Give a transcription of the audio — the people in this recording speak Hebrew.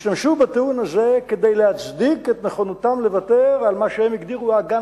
השתמשו בטיעון הזה כדי להצדיק את נכונותם לוותר על מה שהם הגדירו "האגן